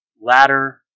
Ladder